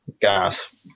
gas